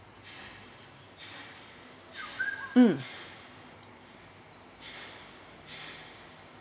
mm